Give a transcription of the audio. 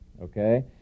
okay